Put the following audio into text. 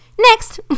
next